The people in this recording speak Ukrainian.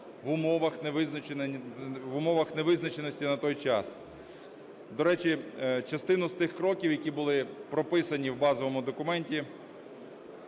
в умовах невизначеності на той час. До речі, частину з тих кроків, які були прописані в базовому документі